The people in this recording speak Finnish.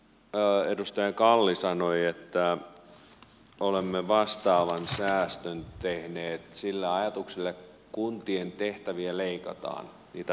perustelussa edustaja kalli sanoi että olemme vastaavan säästön tehneet sillä ajatuksella että kuntien tehtäviä leikataan niitä velvollisuuksia leikataan